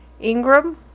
Ingram